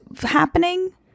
happening